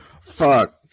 Fuck